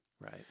Right